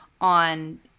on